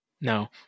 No